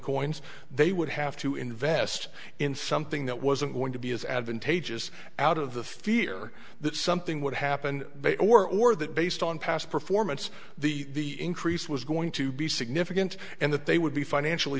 coins they would have to invest in something that wasn't going to be as advantageous out of the fear that something would happen they or that based on past performance the increase was going to be significant and that they would be financially